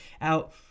out